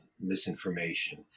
misinformation